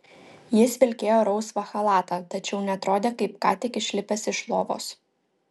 jis vilkėjo rausvą chalatą tačiau neatrodė kaip ką tik išlipęs iš lovos